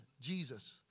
Jesus